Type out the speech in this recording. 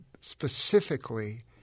specifically